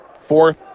Fourth